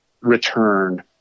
return